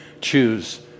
choose